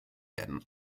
werden